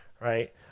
right